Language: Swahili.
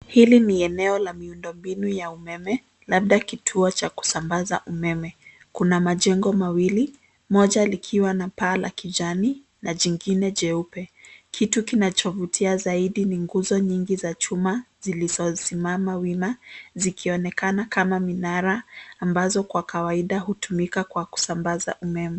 Hili ni eneo la miundo mbinu ya umeme labda kituo cha kusambaza umeme. Kuna majengo mawili moja likiwa na paa la kijani na jingine jeupe. Kitu kinachovutia zaidi ni nguzo nyingi za chuma zilizosimama wima zikionekana kama minara ambazo kwa kawaida hutumika kwa kusambaza umeme.